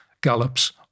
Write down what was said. gallops